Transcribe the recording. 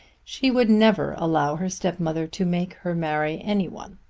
she would never allow her stepmother to make her marry any one.